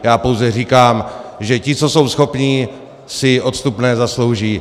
Já pouze říkám, že ti, co jsou schopní, si odstupné zaslouží.